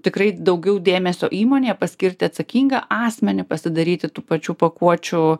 tikrai daugiau dėmesio įmonėje paskirti atsakingą asmenį pasidaryti tų pačių pakuočių